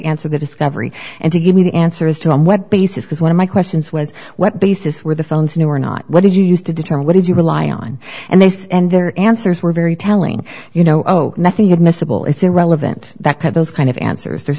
answer the discovery and to give me the answers to on what basis because one of my questions was what basis were the phones new or not what did you use to determine what did you rely on and they send their answers were very telling you know oh nothing admissible it's irrelevant back to those kind of answers there's